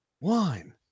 wine